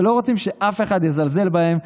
ולא רוצים שאף אחד יזלזל בהם,